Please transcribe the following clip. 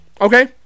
Okay